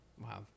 wow